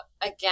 again